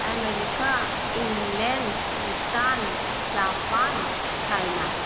America England Bhutan Japan China